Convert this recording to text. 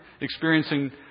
experiencing